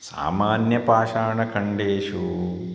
सामान्यपाषाणखण्डेषु